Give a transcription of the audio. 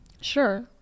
Sure